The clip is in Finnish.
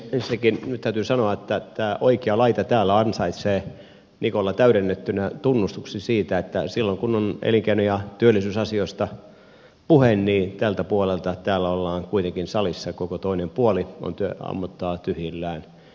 ensinnäkin nyt täytyy sanoa että tämä oikea laita täällä ansaitsee niikolla täydennettynä tunnustuksen siitä että silloin kun on elinkeino ja työllisyysasioista puhe tältä puolelta ollaan kuitenkin täällä salissa koko toinen puoli ammottaa tyhjillään